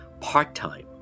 part-time